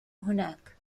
هناك